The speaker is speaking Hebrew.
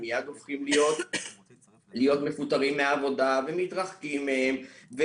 הם מיד הופכים להיות מפוטרים מהעבודה ומתרחקים מהם,